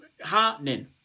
heartening